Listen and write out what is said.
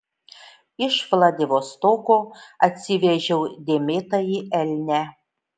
iš vladivostoko atsivežiau dėmėtąjį elnią